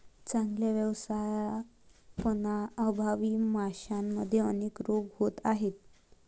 चांगल्या व्यवस्थापनाअभावी माशांमध्ये अनेक रोग होत आहेत